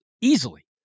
Easily